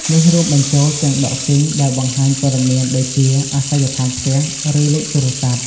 នេះរួមបញ្ចូលទាំងដូកស៊ីង (doxing) ដែលបង្ហាញព័ត៌មានដូចជា អាសយដ្ឋានផ្ទះ ឬលេខទូរស័ព្ទ។